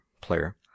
player